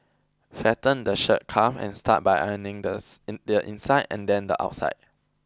flatten the shirt cuff and start by ironing this the inside and then the outside